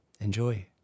Enjoy